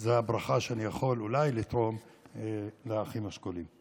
וזאת אולי הברכה, שאני יכול לתרום לאחים השכולים.